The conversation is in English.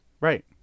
Right